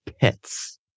pets